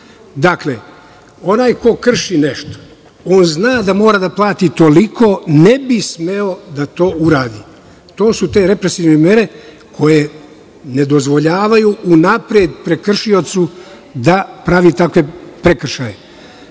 merama. Onaj ko krši nešto, on zna da mora da plati toliko i ne bi smeo da to uradi. To su te represivne mere, koje ne dozvoljavaju unapred prekršiocu da pravi takve prekršaje. Tu